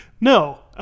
No